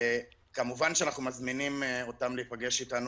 כמובן שאנחנו מזמינים אותם להיפגש איתנו